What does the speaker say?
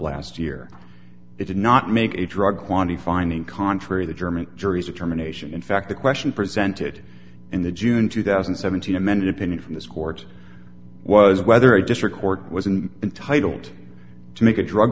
last year it did not make a drug quantity finding contrary the german jury's determination in fact the question presented in the june two thousand and seventeen amended opinion from this court was whether a just record was in entitled to make a drug